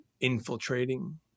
infiltrating